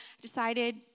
decided